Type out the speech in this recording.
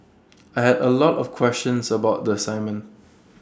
I had A lot of questions about the assignment